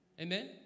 Amen